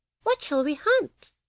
what shall we hunt